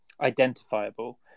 identifiable